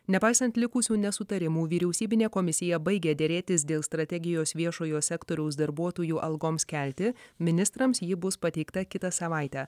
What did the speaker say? nepaisant likusių nesutarimų vyriausybinė komisija baigė derėtis dėl strategijos viešojo sektoriaus darbuotojų algoms kelti ministrams ji bus pateikta kitą savaitę